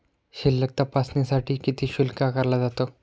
शिल्लक तपासण्यासाठी किती शुल्क आकारला जातो?